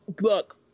look